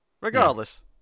Regardless